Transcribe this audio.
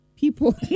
People